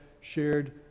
shared